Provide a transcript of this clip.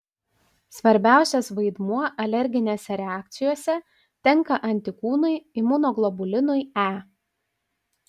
svarbiausias vaidmuo alerginėse reakcijose tenka antikūnui imunoglobulinui e